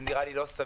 זה נראה לי לא סביר.